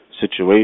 situation